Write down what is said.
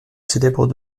célèbres